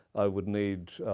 i would need